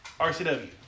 RCW